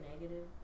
negative